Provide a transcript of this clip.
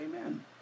Amen